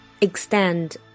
extend